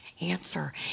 answer